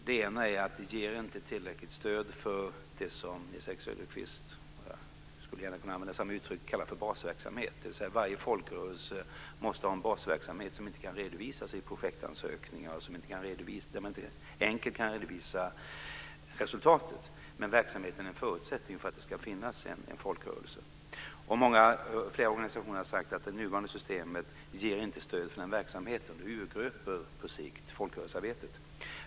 Den ena är att det inte ger tillräckligt stöd för det som Nils-Erik Söderqvist kallar för basverksamhet, och jag skulle gärna kunna använda samma uttryck, dvs. att varje folkrörelse måste ha en basverksamhet som inte kan redovisas i projektansökningar och där man inte enkelt kan redovisa resultatet. Den verksamheten är en förutsättning för att det ska finnas en folkrörelse. Flera organisationer har sagt att det nuvarande systemet inte ger stöd för den verksamheten. Det urgröper på sikt folkrörelsearbetet.